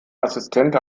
assistent